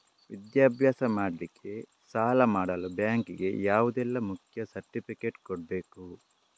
ವಿದ್ಯಾಭ್ಯಾಸ ಮಾಡ್ಲಿಕ್ಕೆ ಸಾಲ ಮಾಡಲು ಬ್ಯಾಂಕ್ ಗೆ ಯಾವುದೆಲ್ಲ ಮುಖ್ಯ ಸರ್ಟಿಫಿಕೇಟ್ ಕೊಡ್ಬೇಕು?